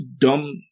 dumb